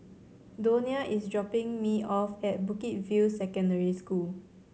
Donia is dropping me off at Bukit View Secondary School